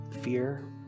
fear